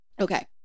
Okay